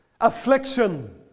affliction